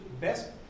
best